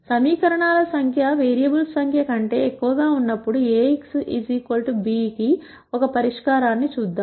సమీకరణాల సంఖ్య వేరియబుల్స్ సంఖ్య కంటే ఎక్కువగా ఉన్నప్పుడు Ax b కి ఒక పరిష్కారాన్ని చూద్దాం